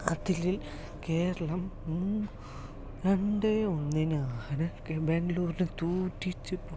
അതിൽ കേരളം രണ്ട് ഒന്നിനാണ് ബാംഗ്ലൂരിനെ തൂറ്റിച്ച് പൊട്ടിച്ചു